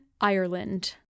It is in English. Ireland